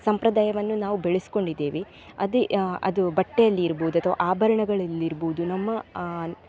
ಸಂಪ್ರದಾಯವನ್ನು ನಾವು ಬೆಳೆಸ್ಕೊಂಡಿದ್ದೇವೆ ಅದೆ ಅದು ಬಟ್ಟೆಯಲ್ಲಿ ಇರ್ಬೋದು ಅಥ್ವಾ ಆಭರಣಗಳಲ್ಲಿರ್ಬೋದು ನಮ್ಮ ಆ